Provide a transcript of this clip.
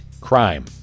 crime